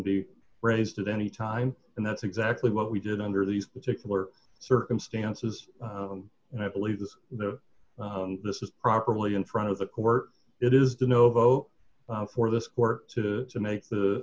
be raised at any time and that's exactly what we did under these particular circumstances and i believe that the this is properly in front of the court it is the no vote for this court to make the